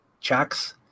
checks